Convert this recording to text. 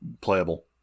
playable